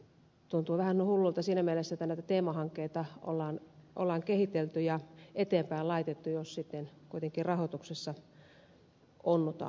tuntuu vähän hullulta siinä mielessä että näitä teemahankkeita on kehitelty ja eteenpäin laitettu jos sitten kuitenkin rahoituksessa onnutaan